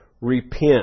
repent